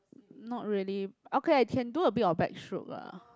not really okay I can do a bit of backstroke lah